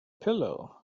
pillow